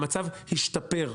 המצב השתפר.